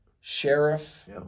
Sheriff